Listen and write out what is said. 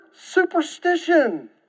superstition